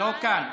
לא כאן,